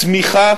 צמיחה